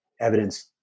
evidence